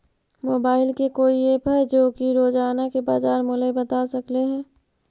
Mobile के कोइ app है जो कि रोजाना के बाजार मुलय बता सकले हे?